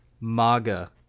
MAGA